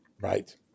right